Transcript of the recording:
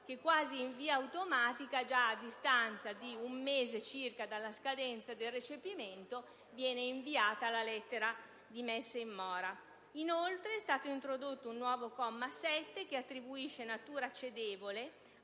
che quasi in via automatica, già a distanza di un mese circa dalla scadenza del recepimento, viene inviata la lettera di messa in mora. Inoltre, è stato introdotto un nuovo comma 7, che attribuisce natura cedevole